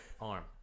arm